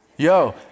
Yo